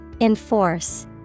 Enforce